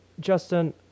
Justin